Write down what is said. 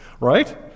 right